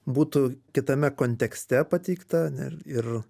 būtų kitame kontekste pateikta ar ne ir